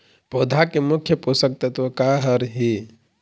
पौधा के मुख्य पोषकतत्व का हर हे?